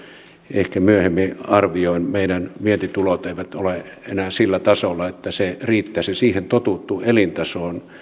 ehkä myöhemmin arvioin meidän vientitulomme eivät ole enää sillä tasolla että se riittäisi siihen totuttuun elintasoon